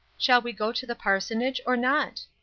shall we go to the parsonage, or not?